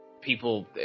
people